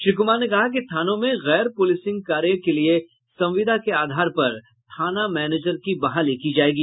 श्री कुमार ने कहा कि थानों में गैर पुलिसिंग कार्य के लिये संविदा के आधार पर थाना मैनेजर की बहाली की जायेगी